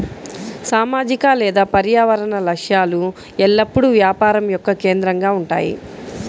సామాజిక లేదా పర్యావరణ లక్ష్యాలు ఎల్లప్పుడూ వ్యాపారం యొక్క కేంద్రంగా ఉంటాయి